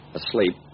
asleep